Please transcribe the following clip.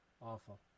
Awful